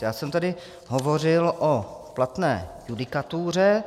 Já jsem tady hovořil o platné judikatuře.